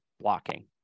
blocking